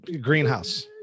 greenhouse